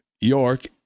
York